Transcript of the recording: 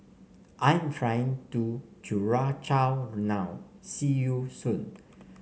I'm flying to Curacao now see you soon